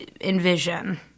envision